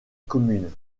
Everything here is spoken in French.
commune